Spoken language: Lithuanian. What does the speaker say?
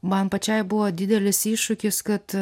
man pačiai buvo didelis iššūkis kad